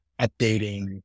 updating